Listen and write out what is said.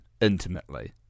intimately